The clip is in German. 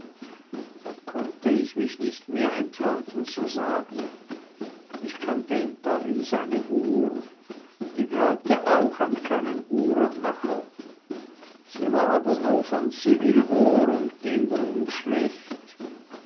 da konnte ich mich nicht mehr enthalten zu sagen ich kannte in paris eine uhr die glaubte auch an keinen uhrenmacher sie war aber nur von similor und ging